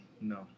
No